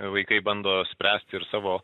vaikai bando spręsti ir savo